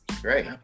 great